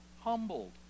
humbled